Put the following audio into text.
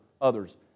others